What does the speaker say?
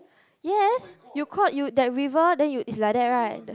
yes you cross you the river then is like that right